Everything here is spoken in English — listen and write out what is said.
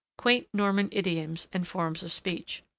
quaint norman idioms and forms of speech.